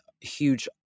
huge